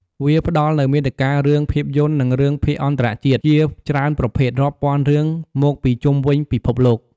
វាផ្ដល់នូវ មាតិការឿងភាពយន្ត និងរឿងភាគអន្តរជាតិ ជាច្រើនប្រភេទ រាប់ពាន់រឿងមកពីជុំវិញពិភពលោក។